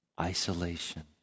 isolation